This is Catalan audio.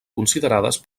considerades